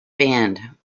band